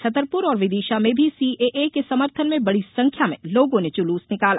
छतरपुर और विदिशा में भी सीएए के समर्थन में बड़ी संख्या में लोगों ने जुलूस निकाला